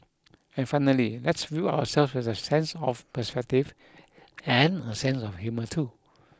and finally let's view ourselves with a sense of perspective and a sense of humour too